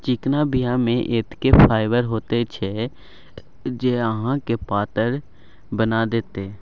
चिकना बीया मे एतेक फाइबर होइत छै जे अहाँके पातर बना देत